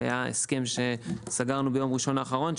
והיה הסכם שסגרנו ביום ראשון האחרון,